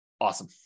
Awesome